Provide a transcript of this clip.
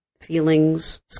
feelings